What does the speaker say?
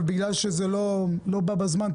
אבל בגלל שזה לא בא בזמן,